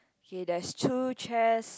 okay there's two chairs